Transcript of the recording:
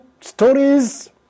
stories